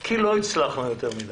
כי לא הצלחנו יותר מדי.